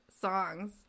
songs